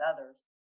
others